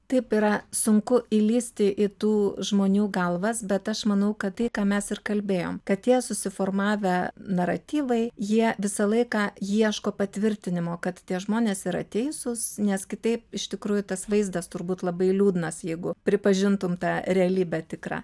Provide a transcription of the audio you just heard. taip yra sunku įlįsti į tų žmonių galvas bet aš manau kad tai ką mes ir kalbėjom kad tie susiformavę naratyvai jie visą laiką ieško patvirtinimo kad tie žmonės yra teisūs nes kitaip iš tikrųjų tas vaizdas turbūt labai liūdnas jeigu pripažintum tą realybę tikrą